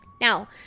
now